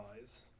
Eyes